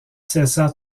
cessa